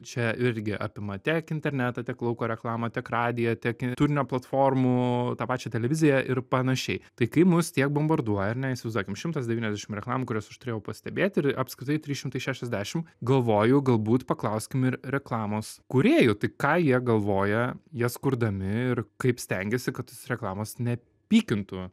čia irgi apima tiek internetą tiek lauko reklamą tiek radiją tiek turinio platformų tą pačią televiziją ir panašiai tai kai mus tiek bombarduoja ar ne įsivaizduokim šimtas devyniasdešim reklamų kurias aš turėjau pastebėti ir apskritai trys šimtai šešiasdešim galvoju galbūt paklauskim ir reklamos kūrėjų tai ką jie galvoja jas kurdami ir kaip stengiasi kad tos reklamos nepykintų